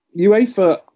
UEFA